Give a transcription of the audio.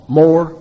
more